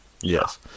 yes